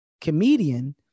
comedian